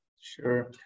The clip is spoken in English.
Sure